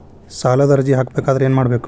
ಸಾಲದ ಅರ್ಜಿ ಹಾಕಬೇಕಾದರೆ ಏನು ಬೇಕು?